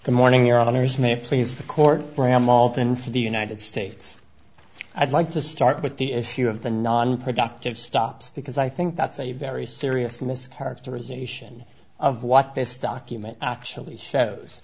the morning your honour's may please the court for hamilton for the united states i'd like to start with the issue of the nonproductive stops because i think that's a very serious miss characterization of what this document actually shows